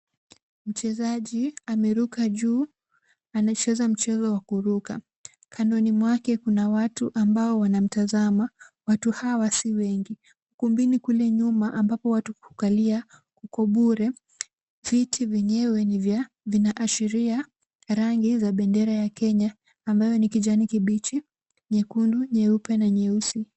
Mchezaji ameruka juu. Anacheza mchezo wa kuruka. Kandoni mwake kuna watu ambao wanamtazama. Watu hawa si wengi. Kumbini kule nyuma ambapo watu hukalia kuko bure. Viti vyenyewe vinaashiria rangi za bendera ya Kenya ambayo ni kijani kibichi, nyekundu, nyeupe na nyeusi.